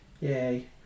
Yay